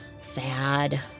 Sad